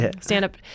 stand-up